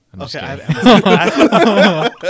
Okay